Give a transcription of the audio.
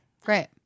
Great